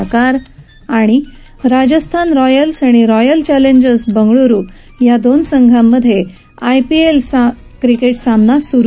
नकार राजस्थान रॉयल्स आणि Royal Challengers Bengaluru या दोन संघांमध्ये आयपीएल क्रिकेट सामना सुरू